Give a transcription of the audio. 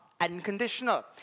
unconditional